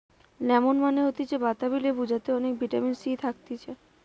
lemon মানে হতিছে বাতাবি লেবু যাতে অনেক ভিটামিন সি থাকতিছে